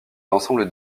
l’ensemble